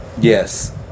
Yes